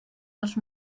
els